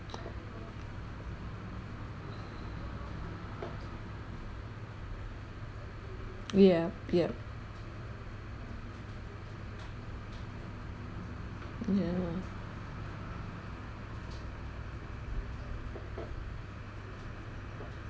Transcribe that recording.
yeah yup yeah